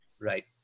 right